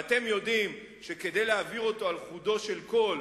ואתם יודעים שכדי להעביר אותו על חודו של קול